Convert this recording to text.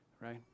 Right